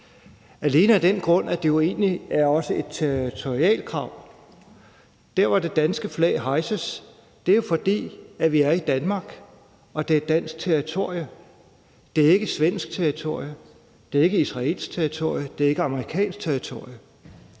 alene af den grund, at det egentlig også er et territorialkrav. Når det danske flag hejses, er det, fordi vi er i Danmark, og fordi det er dansk territorie. Det er ikke svensk territorie, det er ikke israelsk territorie, det er ikke amerikansk territorie.